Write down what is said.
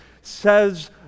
says